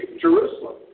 Jerusalem